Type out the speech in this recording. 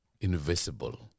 invisible